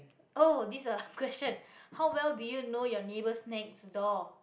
oh this is a question how well do you know your neighbours next door